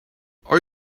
are